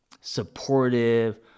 supportive